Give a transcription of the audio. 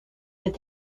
with